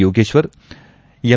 Yogeshwar M